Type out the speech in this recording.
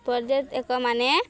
ପର୍ଯ୍ୟଟକ ମାନେ